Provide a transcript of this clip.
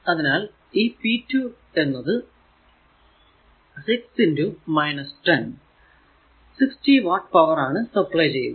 അതിനാൽ ഈ p 2 എന്നതു 6 10 60 വാട്ട് പവർ ആണ് സപ്ലൈ ചെയ്യുന്നത്